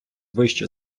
вище